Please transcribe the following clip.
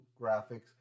graphics